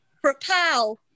Propel